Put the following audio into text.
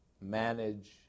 manage